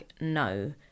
no